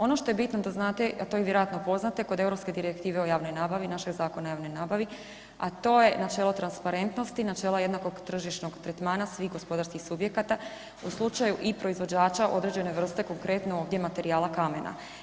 Ono što je bitno da znate, a to vjerojatno i poznate kod Europske direktive o javnoj nabavi naš je Zakon o javnoj nabavi, a to je načelo transparentnosti i načela jednakog tržišnog tretmana svih gospodarskih subjekata, u slučaju i proizvođača određene vrste konkretno ovdje materijala kamena.